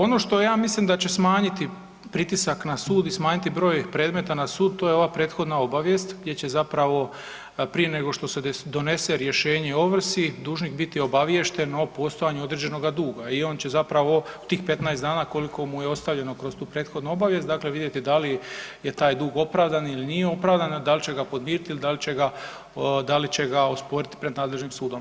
Ono što ja mislim da će smanjiti pritisak na sud i smanjiti broj predmeta na sud to je ova prethodna obavijest gdje će zapravo prije nego što se donese rješenje o ovrsi dužnik biti obaviješten o postojanju određenoga duga i on će zapravo tih 15 dana koliko mu je ostavljeno kroz tu prethodnu obavijest dakle vidjeti da li je taj dug opravdan ili nije opravdan, da li će ga podmiriti ili da li će ga osporiti pred nadležnim sudom.